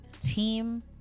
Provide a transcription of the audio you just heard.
team